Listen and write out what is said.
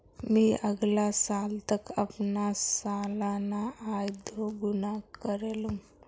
मी अगला साल तक अपना सालाना आय दो गुना करे लूम